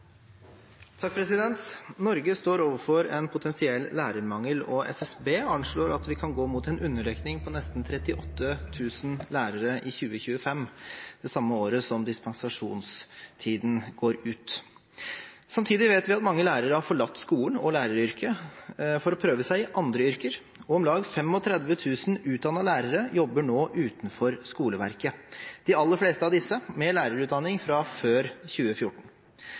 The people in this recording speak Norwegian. Norge står overfor en potensiell lærermangel. SSB anslår at vi kan gå mot en underdekning på nesten 38 000 lærere i 2025, det samme året som dispensasjonstiden går ut. Samtidig vet vi at mange lærere har forlatt skolen og læreryrket for å prøve seg i andre yrker. Om lag 35 000 utdannede lærere jobber nå utenfor skoleverket – de aller fleste av disse med lærerutdanning fra før 2014.